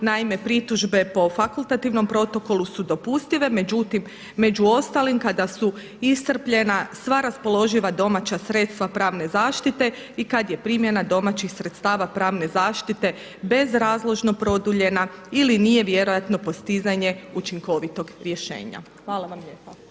Naime, pritužbe po fakultativnim protokolu su dopustive, međutim među ostalim kada su iscrpljena sva raspoloživa domaća sredstva pravne zaštite i kada je primjena domaćih sredstava pravne zaštite bezrazložno produljena ili nije vjerojatno postizanje učinkovitog rješenja. Hvala vam lijepa.